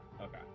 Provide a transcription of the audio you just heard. Okay